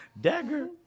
Dagger